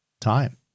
time